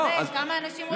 כמה אנשים רוצים לשמוע.